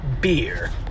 beer